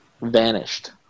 vanished